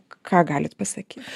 ką galit pasakyt